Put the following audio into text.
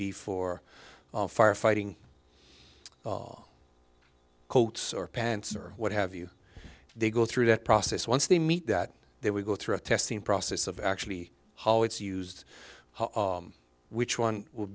be for firefighting coats or pants or what have you they go through that process once they meet that they would go through a testing process of actually how it's used which one would